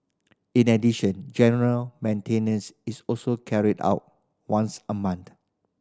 in the addition general maintenance is also carried out once a month